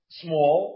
small